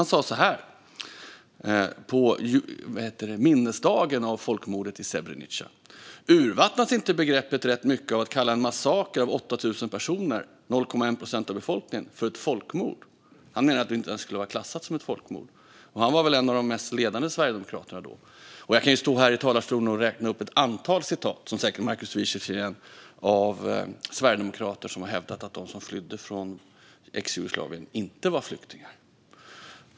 Han sa så här i samband med minnesdagen av folkmordet i Srebrenica: "Urvattnas inte begreppet rätt mycket av att kalla en massaker av 8 000 personer för ett 'folkmord'?" Han menar att det inte ens skulle klassas som ett folkmord. Han var väl en av de ledande sverigedemokraterna då. Jag skulle också kunna stå här i talarstolen och läsa upp ett antal citat som Markus Wiechel säkert känner igen från sverigedemokrater som hävdat att de som flydde från ex-Jugoslavien inte var flyktingar.